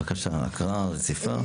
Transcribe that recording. בבקשה, הקראה רציפה.